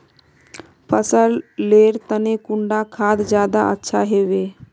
फसल लेर तने कुंडा खाद ज्यादा अच्छा हेवै?